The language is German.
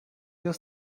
das